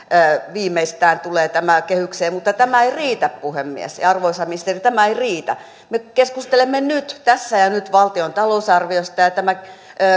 viimeistään tulee tämä kehykseen mutta tämä ei riitä puhemies ja arvoisa ministeri tämä ei riitä me keskustelemme tässä ja nyt valtion talousarviosta ja ja tämä